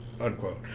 Unquote